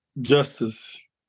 justice